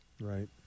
right